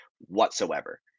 whatsoever